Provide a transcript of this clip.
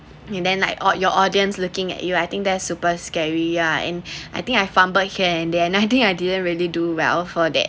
and then like your audience looking at you I think they're super scary yeah and I think I fumbled here and there and I think I didn't really do well for that